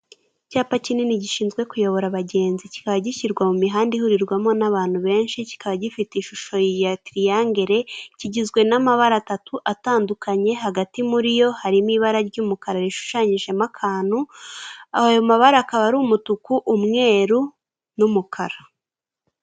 Icyapa kinini gishinzwe kuyobora abagenzi kikaba gishyirwa mu mihanda ihurirwamo n'abantu benshi kikaba gifite ishusho ya triangle kigizwe n'amabara atatu atandukanye hagati muri yo harimo ibara ry'umukara rishushanyijemo akantu ayo mabara akaba ari umutuku, umweru n'umukara.